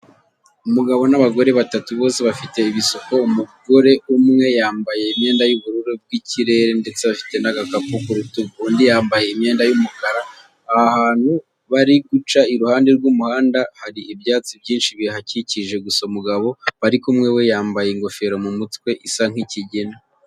Umugabo n'abagore batatu bose bafite ibisuko, umugore umwe yambaye imyenda y'ubururu bw'ikirere ndetse afite n'agakapu ku rutugu, undi yambaye imyenda y'umukara, ahantu bari guca iruhande rw'umuhanda hari ibyatsi byinshi bihakikije, gusa umugabo bari kumwe we yambaye ingofero mu mutwe isa nk'ikigina.